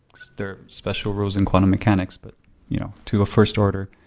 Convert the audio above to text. there are special rules in quantum mechanics but you know to a first order.